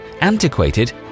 antiquated